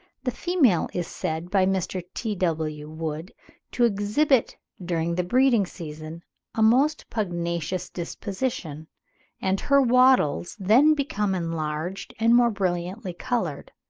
the female is said by mr. t w. wood to exhibit during the breeding-season a most pugnacious disposition and her wattles then become enlarged and more brilliantly coloured.